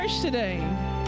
today